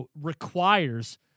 requires